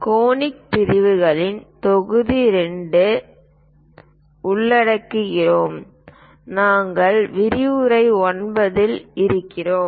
conic பிரிவுகளில் தொகுதி எண் 2 ஐ உள்ளடக்குகிறோம் நாங்கள் விரிவுரை எண் 9 இல் இருக்கிறோம்